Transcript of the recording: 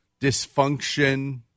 dysfunction